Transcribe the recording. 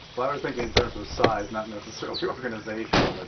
well, i was thinking in terms of size, not necessarily organization. but